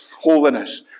holiness